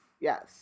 Yes